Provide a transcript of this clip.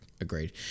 agreed